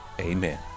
amen